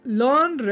learn